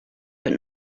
but